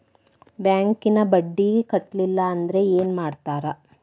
ಬ್ಯಾಂಕಿನ ಬಡ್ಡಿ ಕಟ್ಟಲಿಲ್ಲ ಅಂದ್ರೆ ಏನ್ ಮಾಡ್ತಾರ?